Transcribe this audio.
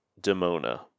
Demona